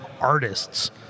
artists